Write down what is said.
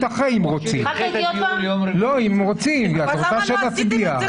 הסעיף שלא מצוין פה אבל הוא מצוין בהמשך אותו